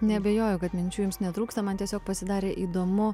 neabejoju kad minčių jums netrūksta man tiesiog pasidarė įdomu